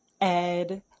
Ed